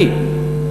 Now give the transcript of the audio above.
אני,